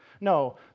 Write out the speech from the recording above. No